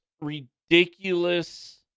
ridiculous